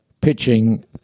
pitching